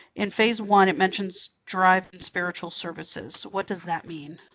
in phase one it mentions drive in spiritual services. what does that mean?